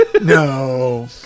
no